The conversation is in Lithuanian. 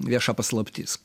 vieša paslaptis